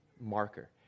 marker